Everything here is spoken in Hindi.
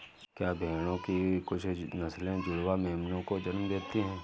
क्या भेड़ों की कुछ नस्लें जुड़वा मेमनों को जन्म देती हैं?